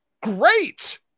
great